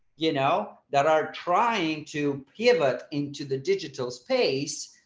you know, that are trying to pivot into the digital space.